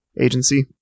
agency